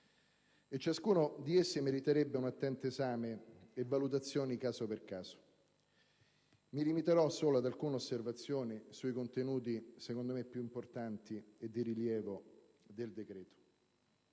e ciascuna meriterebbe un attento esame e una valutazione caso per caso. Mi limiterò solo ad alcune osservazioni sui contenuti secondo me più importanti e di rilievo del decreto.